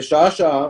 ושעה שעה,